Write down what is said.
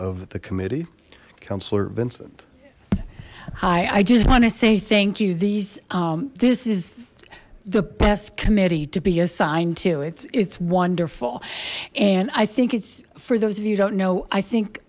of the committee councillor vincent hi i just want to say thank you these this is the best committee to be assigned to it's it's wonderful and i think it's for those of you don't know i